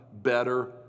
Better